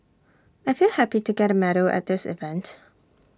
I feel happy to get medal at this event